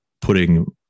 putting